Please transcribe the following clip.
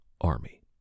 army